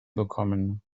bekommen